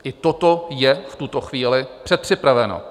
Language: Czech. I toto je v tuto chvíli předpřipraveno.